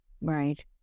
Right